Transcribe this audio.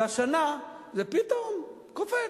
והשנה זה פתאום קופץ.